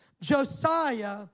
Josiah